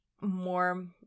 more